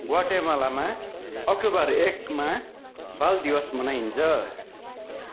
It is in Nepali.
ग्वाटेमालामा अक्टोबर एकमा बाल दिवस मनाइन्छ